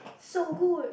so good